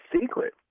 secret